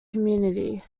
community